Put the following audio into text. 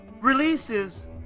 releases